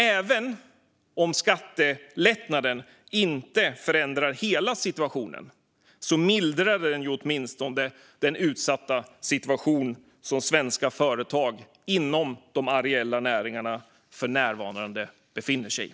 Även om skattelättnaden inte förändrar hela situationen mildrar den åtminstone den utsatta situation som svenska företag inom de areella näringarna för närvarande befinner sig i.